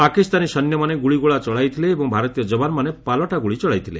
ପାକିସ୍ତାନୀ ସୈନ୍ୟମାନେ ଗୁଳିଗୋଳା ଚଳାଇଥିଲେ ଏବଂ ଭାରତୀୟ ଯବାନମାନେ ପାଲଟା ଗୁଳି ଚଳାଇଥିଲେ